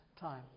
time